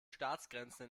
staatsgrenzen